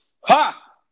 Ha